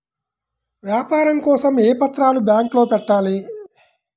వ్యాపారం కోసం ఏ పత్రాలు బ్యాంక్లో పెట్టాలి?